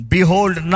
Behold